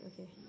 Okay